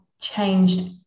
changed